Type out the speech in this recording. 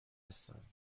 هستند